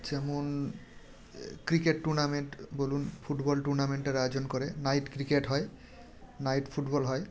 যেমন cricket tournament বলুন football টুর্নামেন্টের আয়োজন করে নাইট ক্রিকেট হয় নাইট ফুটবল হয়